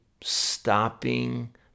stopping